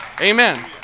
Amen